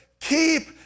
keep